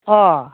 अ